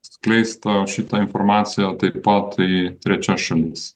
skleist tą šitą informaciją taip pat į trečias šalis